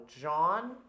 john